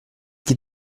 qui